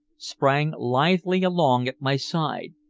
sprang lithely along at my side,